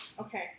Okay